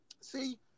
See